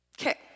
Okay